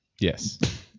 yes